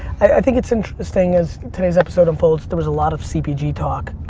i think it's interesting as today's episode unfolds. there was a lot of cpg talk.